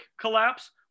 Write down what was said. collapse